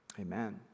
Amen